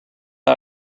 out